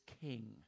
king